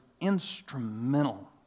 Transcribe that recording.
instrumental